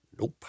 Nope